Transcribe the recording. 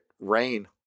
rain